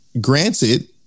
granted